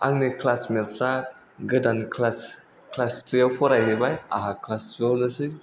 आंनि क्लास मेटफ्रा गोदान क्लास क्लास थ्रियाव फरायहैबाय आंहा क्लास थुआवनोसै